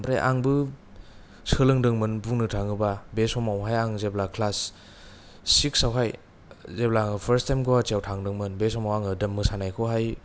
ओमफ्राय आंबो सोलोंदोंमोन बुंनो थाङोब्ला बे समावहाय आं जेब्ला क्लास सिकस आवहाय जेब्ला आं फार्स्थ थाएम गुहाटियाव थांदोंमोन बे समाव आङो मोसानायखौहाय